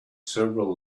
several